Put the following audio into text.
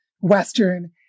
Western